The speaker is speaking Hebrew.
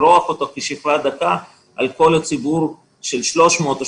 בשכבה דקה על כל הציבור של 300,000,